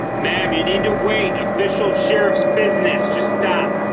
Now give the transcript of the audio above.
ma'am you need to wait official sheriff's business just stop